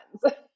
friends